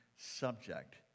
subject